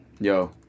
yo